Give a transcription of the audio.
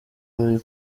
bari